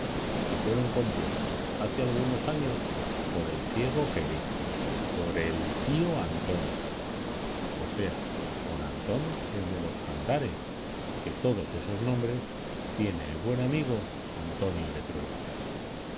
y que fueron compuestos hace algunos años por el ciego que ve por el tío antonio osea por antón el de los cantares que todos esos nombres tiene el buen amigo antonio de trueba